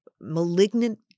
malignant